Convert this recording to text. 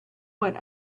what